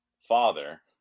father